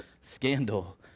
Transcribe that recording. scandal